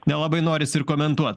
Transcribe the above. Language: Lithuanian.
nelabai norisi ir komentuot